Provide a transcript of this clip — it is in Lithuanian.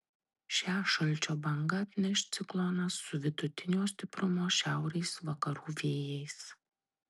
šią šalčio bangą atneš ciklonas su vidutinio stiprumo šiaurės vakarų vėjais